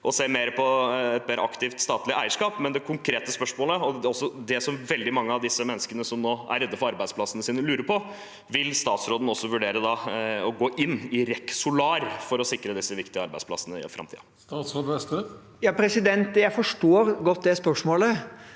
å se på et mer aktivt statlig eierskap, men det konkrete spørsmålet, og det som også veldig mange av disse menneskene som nå er redd for arbeidsplassen sin, lurer på, er: Vil statsråden også vurdere å gå inn i REC Solar for å sikre disse viktige arbeidsplassene i framtiden? Statsråd Jan Christian Vestre Jeg forstår det spørsmålet